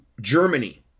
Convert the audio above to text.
Germany